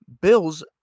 Bills